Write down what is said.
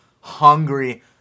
hungry